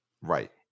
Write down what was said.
Right